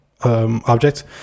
Object